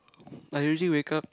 I usually wake up